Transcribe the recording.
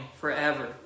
forever